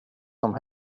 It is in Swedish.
som